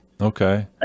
Okay